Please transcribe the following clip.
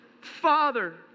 Father